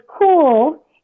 cool